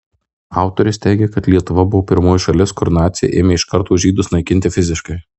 autorius teigia kad lietuva buvo pirmoji šalis kur naciai ėmė iš karto žydus naikinti fiziškai